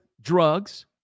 drugs